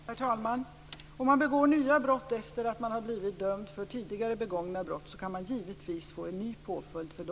Herr talman! Om man begår nya brott efter det att man har blivit dömd för tidigare begångna brott, kan man givetvis få en ny påföljd.